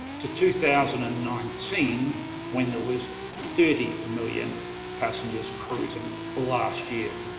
to two thousand and nineteen when there was thirty million passengers cruising last year.